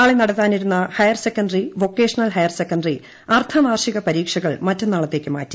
നാളെ നടത്താനിരുന്ന higher secondary vocational higher secondary അർദ്ധവാർഷിക പരീക്ഷകൾ മറ്റന്നാളത്തേക്ക് മാറ്റി